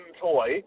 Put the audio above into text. toy